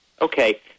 Okay